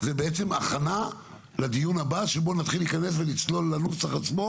זו בעצם הכנה לדיון הבא שבו נתחיל להיכנס ולצלול לנוסח עצמו,